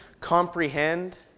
comprehend